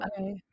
okay